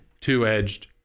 two-edged